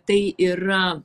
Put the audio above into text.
tai yra